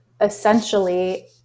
essentially